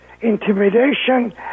intimidation